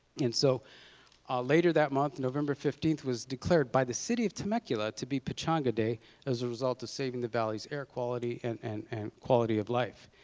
and so later that month, november fifteenth was declared by the city of temecula to be pechanga day as a result of saving the valley's air quality and and and quality of life,